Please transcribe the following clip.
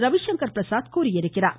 ரவிசங்கர் பிரசாக் தெரிவித்திருக்கிறார்